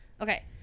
okay